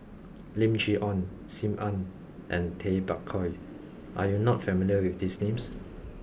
Lim Chee Onn Sim Ann and Tay Bak Koi are you not familiar with these names